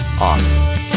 off